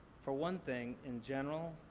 for one thing, in general,